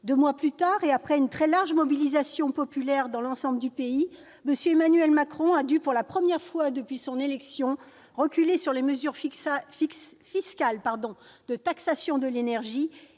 deux mois plus tard, et après une très large mobilisation populaire dans l'ensemble du pays, M. Emmanuel Macron a dû, pour la première fois depuis son élection, reculer sur les mesures fiscales de taxation de l'énergie